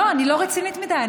לא, אני לא רצינית מדי.